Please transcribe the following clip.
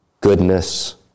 goodness